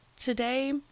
Today